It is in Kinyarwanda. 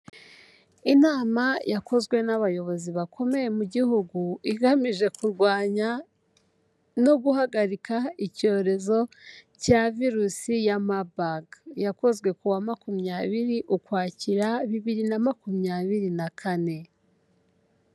Inama yakozwe n'abayobozi bakomeye mu gihugu, igamije kurwanya no guhagarika icyorezo cya virusi ya Muburg, yakozwe ku wa makumyabiri Ukwakira bibiri na makumyabiri na kane.